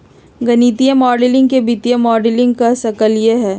गणितीय माडलिंग के वित्तीय मॉडलिंग कह सक ल ह